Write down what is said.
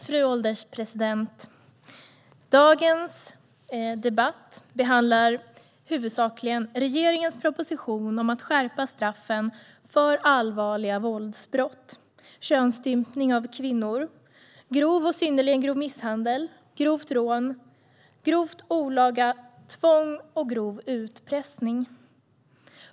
Fru ålderspresident! Dagens debatt behandlar huvudsakligen regeringens proposition om att skärpa straffen för allvarliga våldsbrott såsom könsstympning av kvinnor, grov och synnerligen grov misshandel, grovt rån, grovt olaga tvång och grov utpressning.